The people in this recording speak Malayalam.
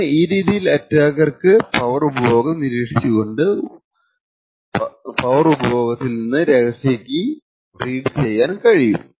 അങ്ങനെ ഈ രീതിയിൽ അറ്റാക്കർക്കു പവർ ഉപഭോഗം നിരീക്ഷിച്ചുകൊണ്ട് പവർ ഉപഭോഗത്തിൽ നിന്ന് രഹസ്യ കീ റെയ്ഡ് ചെയ്യാൻ കഴിയും